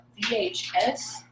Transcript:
VHS